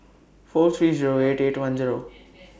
four three Zero eight eight one Zero